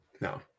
No